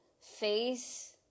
face